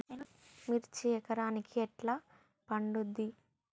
మిర్చి ఎకరానికి ఎట్లా పండుద్ధి?